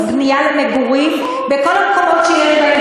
קיבלתם הצהרה דקלרטיבית, שהיא אפילו מטעה את